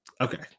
Okay